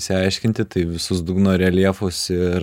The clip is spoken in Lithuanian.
išsiaiškinti tai visus dugno reljefus ir